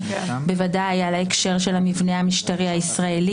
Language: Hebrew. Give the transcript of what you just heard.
משלמי המסים.